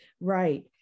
Right